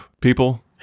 people